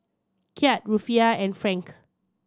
Kyat Rufiyaa and Franc